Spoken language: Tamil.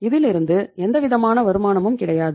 இதிலிருந்து எந்தவிதமான வருமானமும் கிடையாது